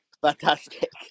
Fantastic